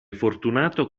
fortunato